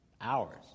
hours